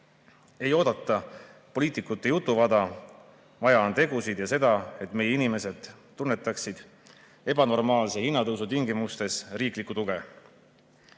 ei oodata poliitikute jutuvada. Vaja on tegusid ja seda, et meie inimesed tunnetaksid ebanormaalse hinnatõusu tingimustes riigi tuge.